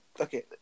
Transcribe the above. Okay